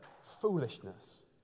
foolishness